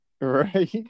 Right